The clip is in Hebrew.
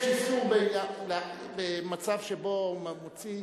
יש איסור במצב שבו הוא מוציא,